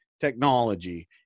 technology